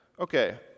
okay